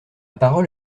parole